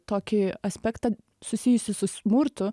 tokį aspektą susijusį su smurtu